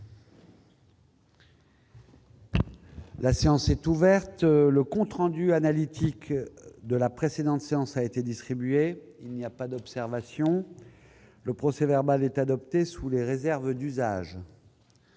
La séance est ouverte. Le compte rendu analytique de la précédente séance a été distribué. Il n'y a pas d'observation ?... Le procès-verbal est adopté sous les réserves d'usage.